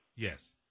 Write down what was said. Yes